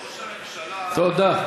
ראש הממשלה,